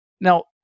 Now